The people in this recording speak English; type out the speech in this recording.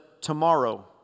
tomorrow